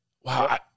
Wow